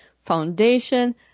foundation